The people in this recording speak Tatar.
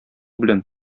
белән